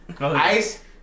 Ice